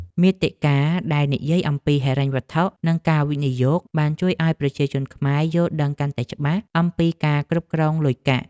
មាតិកាដែលនិយាយអំពីហិរញ្ញវត្ថុ និងការវិនិយោគបានជួយឱ្យប្រជាជនខ្មែរយល់ដឹងកាន់តែច្បាស់អំពីការគ្រប់គ្រងលុយកាក់។